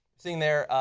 seen there,